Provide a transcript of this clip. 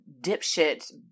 dipshit